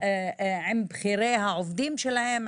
עם בכירי העובדים שלהם,